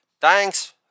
Thanks